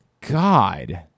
God